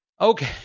Okay